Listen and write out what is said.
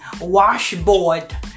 Washboard